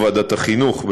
או ועדת החינוך,